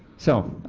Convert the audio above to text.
so.